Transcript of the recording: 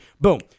boom